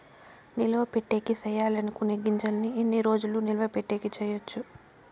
నిలువ పెట్టేకి సేయాలి అనుకునే గింజల్ని ఎన్ని రోజులు నిలువ పెట్టేకి చేయొచ్చు